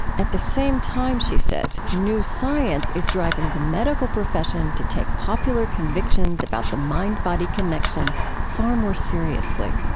at the same time, she says, new science is driving the medical profession to take popular convictions about the mind-body connection far more seriously